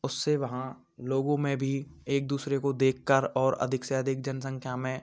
उससे वहाँ लोगों में भी एक दूसरे को देखकर और अधिक से अधिक जनसंख्या में